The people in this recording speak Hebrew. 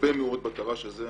הרבה מאוד בתר"ש הזה.